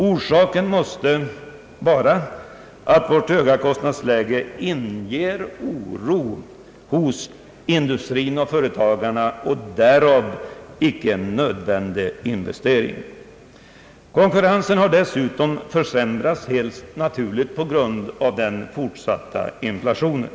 Orsaken måste vara att vårt höga kostnadsläge inger oro hos industrin och företagarna och därmed hindrar icke nödvändig investering. Konkurrensförmågan har dessutom helt naturligt försämrats genom den fortsatta inflationen.